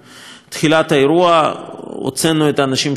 האירוע הוצאנו את האנשים שלנו לשטח.